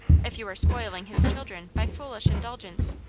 if you are spoiling his children by foolish indulgence,